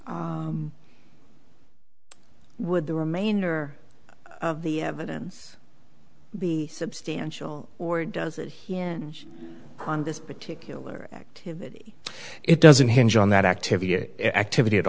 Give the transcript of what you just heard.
t would the remainder of the evidence be substantial or does it yeah on this particular act it doesn't hinge on that activity activity at